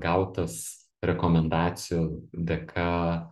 gautas rekomendacijų dėka